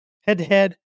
Head-to-head